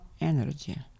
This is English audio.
energy